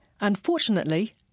Unfortunately